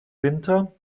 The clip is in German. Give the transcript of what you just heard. winter